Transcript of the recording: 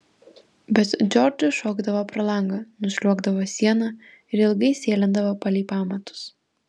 bet džordžas šokdavo pro langą nusliuogdavo siena ir ilgai sėlindavo palei pamatus